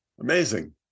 Amazing